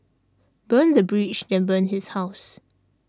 burn the bridge then burn his house